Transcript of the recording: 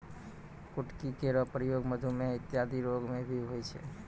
कुटकी केरो प्रयोग मधुमेह इत्यादि रोग म भी होय छै